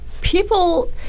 people –